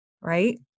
Right